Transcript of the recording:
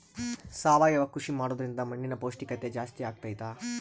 ಸಾವಯವ ಕೃಷಿ ಮಾಡೋದ್ರಿಂದ ಮಣ್ಣಿನ ಪೌಷ್ಠಿಕತೆ ಜಾಸ್ತಿ ಆಗ್ತೈತಾ?